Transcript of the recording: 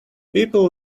people